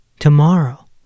Tomorrow